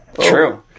True